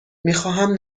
میخواهم